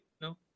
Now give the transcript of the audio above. No